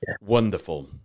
wonderful